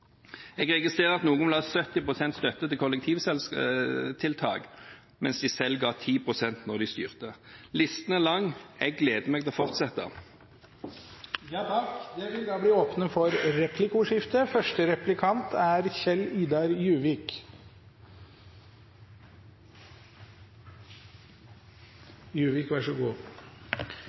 Jeg registrerer at noen vil ha 70 pst. støtte til kollektivtiltak, mens de selv ga 10 pst. da de styrte. Listen er lang – jeg gleder meg til å fortsette. Det blir replikkordskifte. Det er bra at vi har en statsråd som gleder seg til fortsettelsen, så